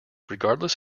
regardless